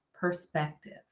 Perspective